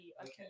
Okay